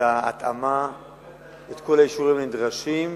את ההתאמה ואת כל האישורים הנדרשים,